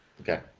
Okay